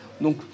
Donc